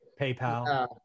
PayPal